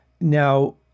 now